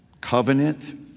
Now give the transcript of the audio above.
covenant